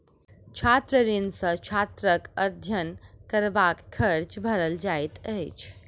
छात्र ऋण सॅ छात्रक अध्ययन करबाक खर्च भरल जाइत अछि